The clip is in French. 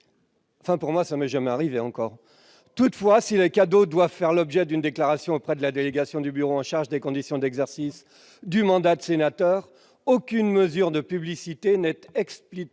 cela ne m'est encore jamais arrivé ! Toutefois, si les cadeaux doivent faire l'objet d'une déclaration auprès de la délégation du bureau en charge des conditions d'exercice du mandat de sénateur, aucune mesure de publicité n'est explicitement